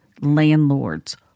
landlords